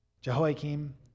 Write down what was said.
Jehoiakim